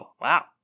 wow